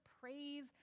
praise